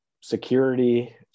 security